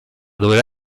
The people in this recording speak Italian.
doveva